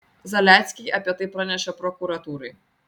zaleckiai apie tai pranešė prokuratūrai